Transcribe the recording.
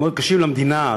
הם מאוד קשים למדינה,